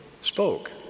spoke